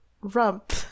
rump